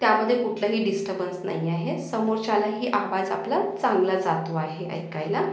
त्यामध्ये कुठलंही डिस्टबन्स नाही आहे समोरच्यालाही आवाज आपला चांगला जातो आहे ऐकायला